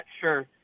Sure